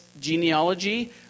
genealogy